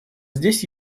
здесь